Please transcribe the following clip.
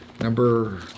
number